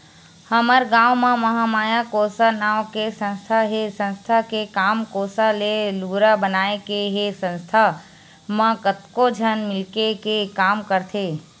हमर गाँव म महामाया कोसा नांव के संस्था हे संस्था के काम कोसा ले लुगरा बनाए के हे संस्था म कतको झन मिलके के काम करथे